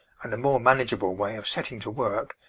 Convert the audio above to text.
and a more manageable way of setting to work,